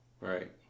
Right